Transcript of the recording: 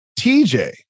TJ